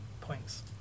points